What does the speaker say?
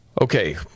okay